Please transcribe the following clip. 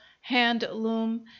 hand-loom